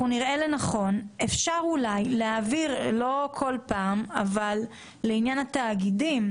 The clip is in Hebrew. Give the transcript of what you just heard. ונראה לנכון אפשר להעביר לעניין התאגידים,